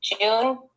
June